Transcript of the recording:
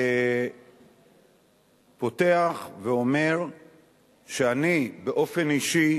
ופותח ואומר שאני באופן אישי